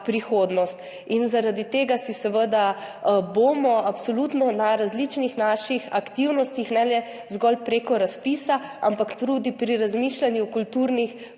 prihodnost. Zaradi tega bomo seveda absolutno na različnih naših aktivnostih, ne le zgolj preko razpisa, ampak tudi pri razmišljanju kulturnih